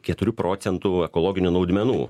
keturių procentų ekologinių naudmenų